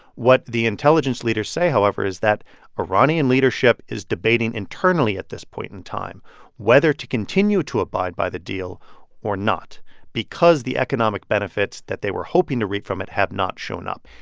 what the intelligence leaders say, however, is that iranian leadership is debating internally at this point in time whether to continue to abide by the deal or not because the economic benefits that they were hoping to reap from it have not shown up.